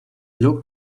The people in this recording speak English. looked